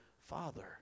father